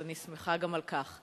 אני שמחה גם על כך.